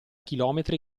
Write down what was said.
chilometri